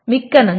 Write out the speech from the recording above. மிக்க நன்றி